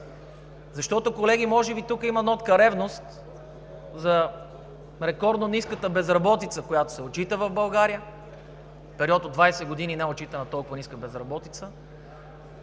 Защото, колеги, може би тук има нотка ревност за рекордно ниската безработица, която се отчита в България – в период от 20 години не е отчитана толкова ниска безработица;